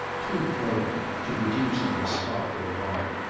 too floating, to produce on the spot their warrant.